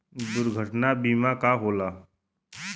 दुर्घटना बीमा का होला?